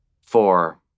Four